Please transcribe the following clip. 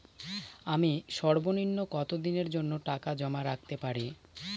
আমি সর্বনিম্ন কতদিনের জন্য টাকা জমা রাখতে পারি?